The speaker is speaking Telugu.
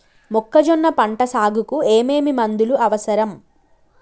మొక్కజొన్న పంట సాగుకు ఏమేమి మందులు అవసరం?